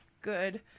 good